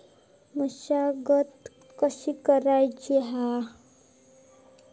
मशागत कशी करूची हा?